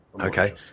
Okay